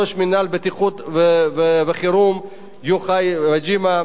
ראש מינהל ביטחון וחירום יוחאי וג'ימה,